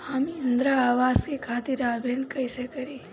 हम इंद्रा अवास के खातिर आवेदन कइसे करी?